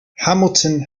hamilton